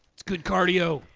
it's good cardio.